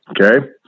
Okay